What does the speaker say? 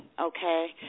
okay